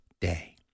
day